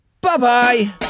Bye-bye